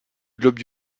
globe